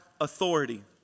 authority